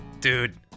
dude